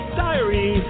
diary